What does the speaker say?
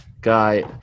guy